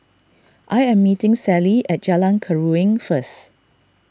I am meeting Celie at Jalan Keruing first